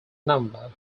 number